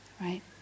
Right